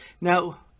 Now